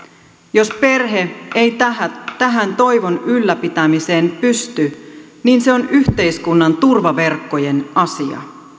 jos perhe ei tähän tähän toivon ylläpitämiseen pysty niin se on yhteiskunnan turvaverkkojen asia